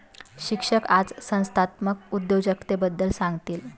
शिक्षक आज संस्थात्मक उद्योजकतेबद्दल सांगतील